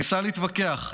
ניסה להתווכח,